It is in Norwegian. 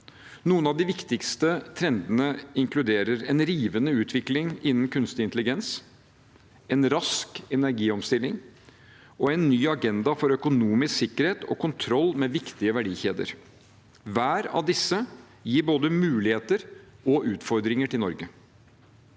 Noen av de viktigste trendene inkluderer en rivende utvikling innen kunstig intelligens, en rask energiomstilling og en ny agenda for økonomisk sikkerhet og kontroll med viktige verdikjeder. Hver av disse gir både muligheter og utfordringer for Norge.